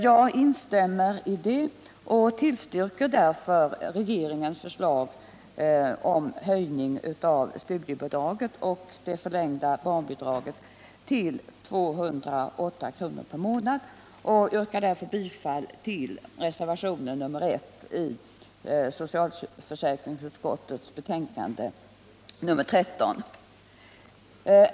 Jag instämmer i det och tillstyrker regeringens förslag om höjning av studiebidraget och det förlängda barnbidraget till 208 kr. per månad. Jag yrkar bifall till reservationen 1 vid socialförsäkringsutskottets betänkande nr 13.